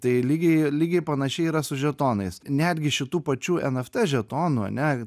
tai lygiai lygiai panašiai yra su žetonais netgi šitų pačių eft žetonų ane